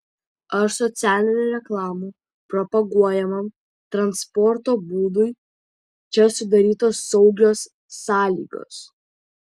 ar socialinių reklamų propaguojamam transporto būdui čia sudarytos saugios sąlygos